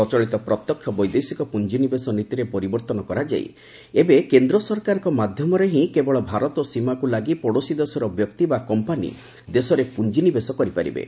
ପ୍ରଚଳିତ ପ୍ରତ୍ୟକ୍ଷ ବୈଦେଶିକ ପୁଞ୍ଜି ନିବେଶ ନୀତିରେ ପରିବର୍ଭନ କରାଯାଇ ଏବେ କେନ୍ଦ୍ର ସରକାରଙ୍କ ମାଧ୍ୟମରେ କେବଳ ଭାରତ ସୀମାକୁ ଲାଗି ପଡ଼ୋଶୀ ଦେଶର ବ୍ୟକ୍ତି ବା କମ୍ପାନି ଦେଶରେ ପୁଞ୍ଜି ନିବେଶ କରିପାରିବେ